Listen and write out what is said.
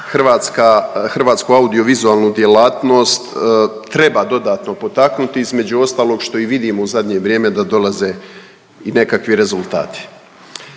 hrvatsku audio-vizualnu djelatnost treba dodatno potaknuti između ostalog što i vidimo u zadnje vrijeme da dolaze i nekakvi rezultati.